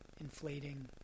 inflating